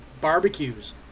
barbecues